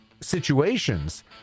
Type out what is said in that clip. situations